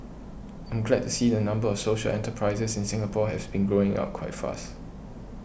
I'm glad to see the number of social enterprises in Singapore has been growing up quite fast